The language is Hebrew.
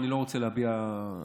אני לא רוצה להביע דעה.